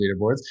leaderboards